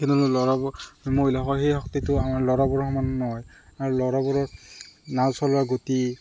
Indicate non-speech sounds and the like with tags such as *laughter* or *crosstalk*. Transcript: *unintelligible* ল'ৰাবোৰ মহিলাসকলৰ সেই শক্তিটো আমাৰ ল'ৰাবোৰৰ সমান নহয় ল'ৰাবোৰৰ নাও চলোৱা গতি